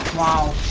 while